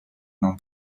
non